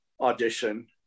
audition